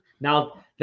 Now